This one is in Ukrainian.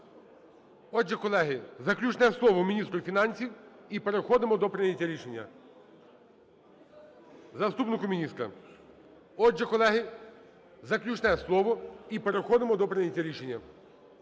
Отже, колеги, заключне слово міністру фінансів. І переходимо до прийняття рішення. Заступнику міністра. Отже, колеги, заключне слово і переходимо до прийняття рішення.